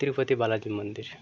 তিরপতি বালাজি মন্দির